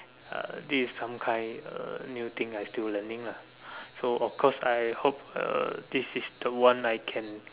uh this is some kind uh new thing I still learning lah so of course I hope uh this is the one I can